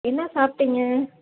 என்ன சாப்பிட்டிங்க